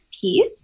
piece